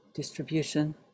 distribution